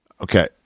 Okay